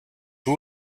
who